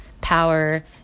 power